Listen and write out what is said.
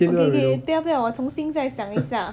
okay okay 不要不要我重新再想一下